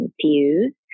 confused